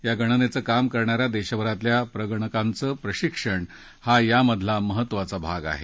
या गणनेचं काम करणा या देशभरातल्या प्रगणकांचं प्रशिक्षण हा यामधला महत्त्वाचा भाग आहे